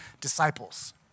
disciples